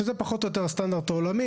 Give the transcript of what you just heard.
שזה פחות או יותר הסטנדרט העולמי.